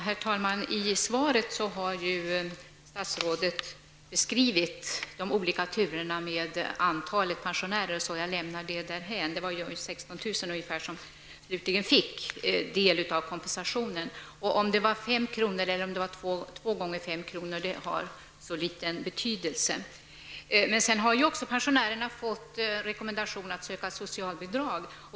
Herr talman! I svaret har statsrådet ju beskrivit de olika turerna med antalet pensionärer, så det lämnar jag därhän. Det var ungefär 16 000 som slutligen fick del av kompensationen. Om det var 5 kr. eller två gånger 5 kr. har så liten betydelse. Sedan har ju pensionärerna också fått rekommendationen att söka socialbidrag.